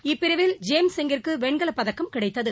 இப்பிரிவில் James சிங்கிற்கு வெண்கலப்பதக்கம் கிடைத்தது